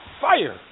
fire